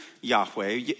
Yahweh